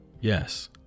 Yes